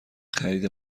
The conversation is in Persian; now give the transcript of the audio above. خرید